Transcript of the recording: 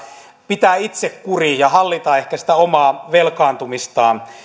pitää itsekuri ja hallita ehkä sitä omaa velkaantumistaan